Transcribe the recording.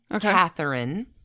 Catherine